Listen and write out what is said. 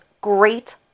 great